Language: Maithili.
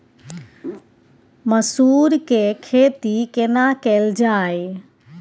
मसूर के खेती केना कैल जाय?